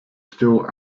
still